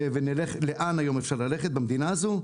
לאן היום אפשר ללכת במדינה הזו,